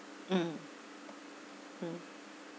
mm mm